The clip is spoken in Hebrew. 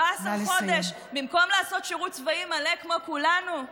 חודש במקום לעשות שירות צבאי כמו כולנו.